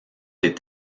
des